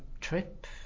trip